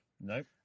Nope